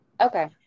Okay